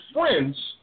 friends